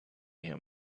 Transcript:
him